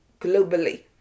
globally